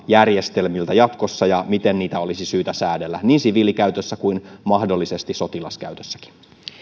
järjestelmiltä jatkossa ja miten niitä olisi syytä säädellä niin siviilikäytössä kuin mahdollisesti sotilaskäytössäkin